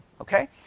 Okay